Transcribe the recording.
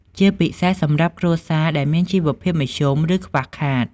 ជាពិសេសសម្រាប់គ្រួសារដែលមានជីវភាពមធ្យម ឬខ្វះខាត។